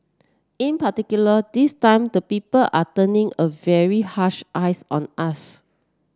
in particular this time the people are turning a very harsh eyes on us